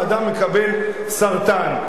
האדם מקבל סרטן.